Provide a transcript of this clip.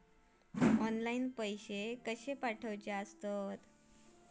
Online पैसे कशे पाठवचे?